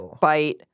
Bite